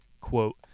Quote